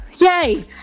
Yay